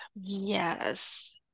Yes